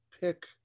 pick